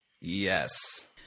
Yes